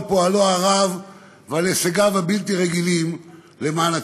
פועלו הרב ועל הישגיו הבלתי-רגילים למען הציבור,